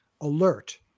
alert